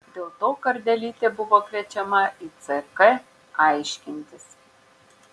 dėl to kardelytė buvo kviečiama į ck aiškintis